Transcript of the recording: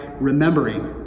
remembering